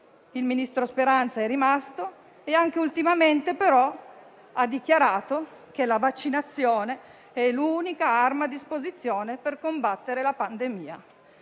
Il ministro Speranza è rimasto e anche ultimamente però, ha dichiarato che la vaccinazione è l'unica arma a disposizione per combattere la pandemia.